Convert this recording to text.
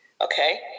okay